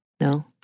No